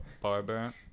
barber